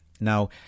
Now